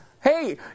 Hey